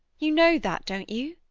you know that, don't you?